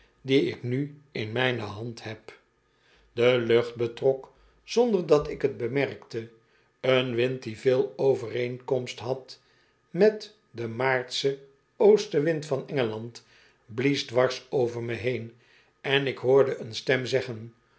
die ik nu in mijne land heb de lucht betrok zonder dat ik t bemerkte een wind die veel overeenkomst had met den maartschen oostenwind van engeland blies dwars over me heen en ik hoorde een stem zeggen